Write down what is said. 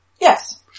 Yes